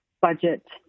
budget